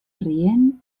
rient